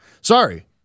Sorry